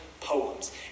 poems